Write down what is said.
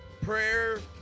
prayer